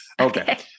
Okay